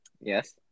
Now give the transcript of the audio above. yes